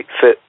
fit